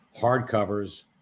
hardcovers